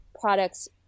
products